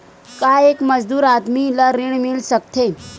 का एक मजदूर आदमी ल ऋण मिल सकथे?